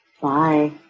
Bye